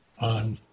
On